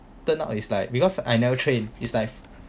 turn out is like because I never train is like